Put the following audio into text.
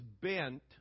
bent